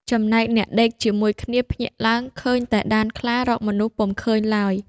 ចំណែកអ្នកដេកជាមួយគ្នាភ្ញាក់ឡើង ឃើញតែដានខ្លារកមនុស្សពុំឃើញឡើយ។